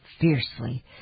fiercely